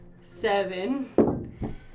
Seven